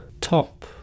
top